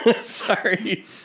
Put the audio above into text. Sorry